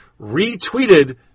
Retweeted